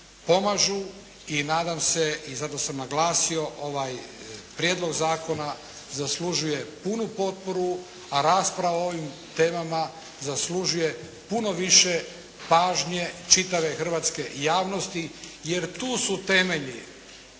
pomažu i nadam se i zato sam naglasio, ovaj prijedlog zakona zaslužuje punu potporu, a rasprava o ovim temama zaslužuje puno više pažnje čitave hrvatske javnosti jer tu su temelji